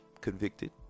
Convicted